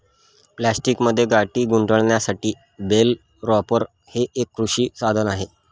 प्लास्टिकमध्ये गाठी गुंडाळण्यासाठी बेल रॅपर हे एक कृषी साधन आहे